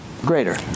Greater